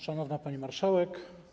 Szanowna Pani Marszałek!